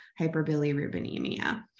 hyperbilirubinemia